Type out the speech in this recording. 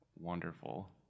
wonderful